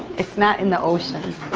it's not in the ocean.